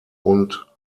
und